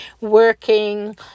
working